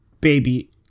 baby